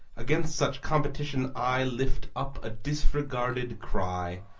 against such competition i lift up a disregarded cry.